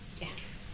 Yes